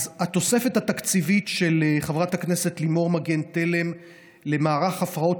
אז התוספת התקציבית של חברת הכנסת לימור מגן תלם למערך הפרעות